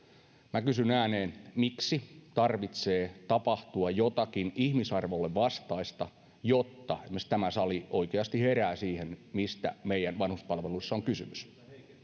minä kysyn ääneen miksi tarvitsee tapahtua jotakin ihmisarvolle vastaista jotta esimerkiksi tämä sali oikeasti herää siihen mistä meidän vanhuspalveluissa on kysymys